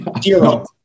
zero